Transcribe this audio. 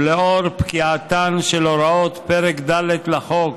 ולאור פקיעתן של הוראות פרק ד' לחוק,